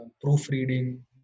proofreading